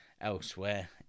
elsewhere